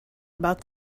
about